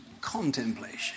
contemplation